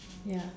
ya